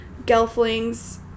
Gelflings